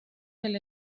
del